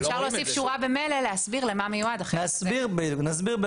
אפשר להוסיף שורה במלל להסביר למה מיועד החלק --- נסביר במלל.